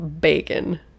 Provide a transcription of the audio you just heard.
Bacon